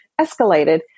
escalated